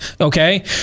okay